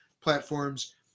platforms